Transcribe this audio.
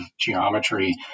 geometry